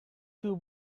two